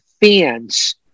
fans